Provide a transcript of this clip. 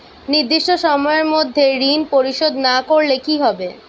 নির্দিষ্ট সময়ে মধ্যে ঋণ পরিশোধ না করলে কি হবে?